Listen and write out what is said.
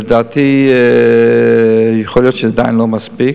לדעתי יכול להיות שזה עדיין לא מספיק,